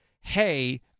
hey